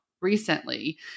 recently